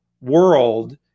world